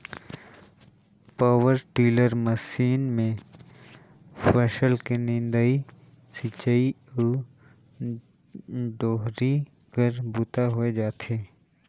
power tiller machine मे फसल के निंदई, सिंचई अउ डोहरी कर बूता होए जाथे